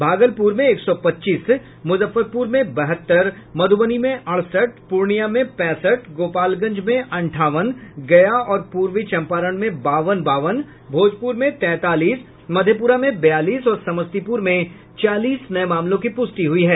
भागलपुर में एक सौ पच्चीस मुजफ्फरपुर में बहत्तर मधुबनी में अड़सठ पूर्णिया में पैंसठ गोपालगंज में अंठावन गया और पूर्वी चंपारण में बावन बावन भोजपुर में तैंतालीस मधेपुरा में बयालीस और समस्तीपुर में चालीस नये मामलों की पुष्टि हुई है